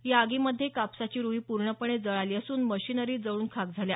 या आगीमध्ये कापसाची रुई पूर्णपणे जळाली असून मशिनरी जळून खाक झाल्या